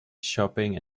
shopping